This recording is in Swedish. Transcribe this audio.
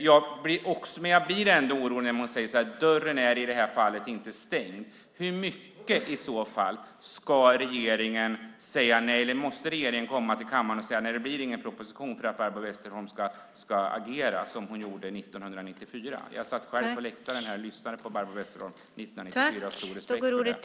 Jag blir ändå orolig när hon säger att dörren i det här fallet inte är stängd. Måste regeringen komma till kammaren och säga att det inte blir någon proposition för att Barbro Westerholm ska agera som hon gjorde 1994? Jag satt själv på läktaren och lyssnade på Barbro Westerholm 1994 och har stor respekt för det.